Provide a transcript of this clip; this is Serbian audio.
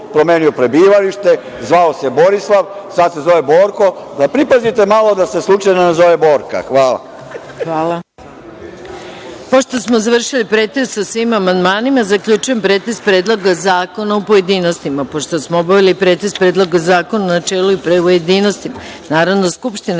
promenio prebivalište, zvao se Borislav, sad se zove Borko, da pripazite malo da se slučajno ne zove Borka. Hvala. **Maja Gojković** Hvala. Pošto smo završili pretres o svim amandmanima, zaključujem pretres Predloga zakona u pojedinostima. Pošto smo obavili pretres Predloga zakona u načelu i pojedinostima Narodna skupština